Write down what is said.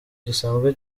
gisanzwe